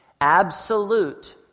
absolute